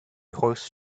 horse